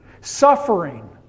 Suffering